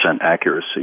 accuracy